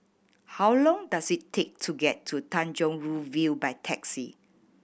how long does it take to get to Tanjong Rhu View by taxi